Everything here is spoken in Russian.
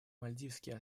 мальдивские